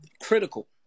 critical